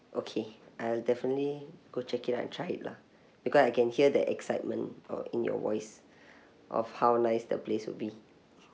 okay I'll definitely go check it out and try it lah because I can hear the excitement uh in your voice of how nice the place would be